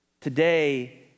Today